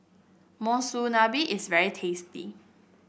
monsunabe is very tasty